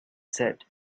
said